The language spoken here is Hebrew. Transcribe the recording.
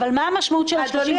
מה המשמעות של 36 מיליון?